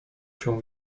się